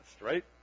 right